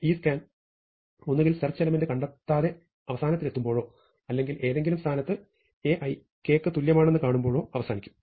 ഈ സ്കാൻ ഒന്നുകിൽ search element കണ്ടെത്താതെ അവസാനത്തിൽ എത്തുമ്പോഴോ അല്ലെങ്കിൽ ഏതെങ്കിലും സ്ഥാനത്ത് Ai Kക്ക് തുല്യമാണെന്ന് കാണുമ്പോഴോ അവസാനിക്കും